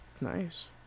Nice